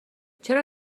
چرا